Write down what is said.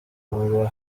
hoba